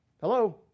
Hello